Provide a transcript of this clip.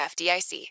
FDIC